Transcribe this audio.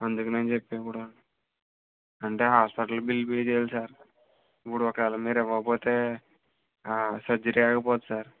అందుకని చెప్పిఇప్పుడు అంటే హాస్పిటల్ బిల్ పే చేయాలి సార్ ఇప్పుడు ఒకవేళ మీరు ఇవ్వకపొతే సర్జరీ ఆగిపోద్ది సార్